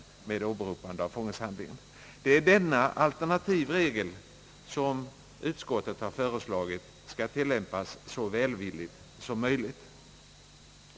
Det är denna alternativregel som enligt utskottets förslag skall tillämpas så välvilligt som möjligt.